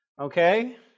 okay